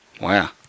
Wow